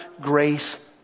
grace